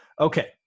Okay